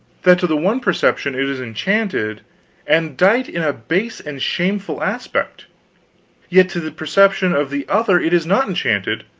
that to the one perception it is enchanted and dight in a base and shameful aspect yet to the perception of the other it is not enchanted,